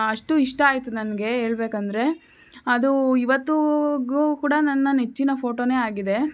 ಅಷ್ಟು ಇಷ್ಟ ಆಯಿತು ನನಗೆ ಹೇಳ್ಬೇಕಂದ್ರೆ ಅದು ಇವತ್ತಿಗೂ ಕೂಡ ನನ್ನ ನೆಚ್ಚಿನ ಫೋಟೋನೇ ಆಗಿದೆ